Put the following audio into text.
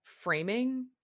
framing